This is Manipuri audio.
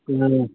ꯎꯝ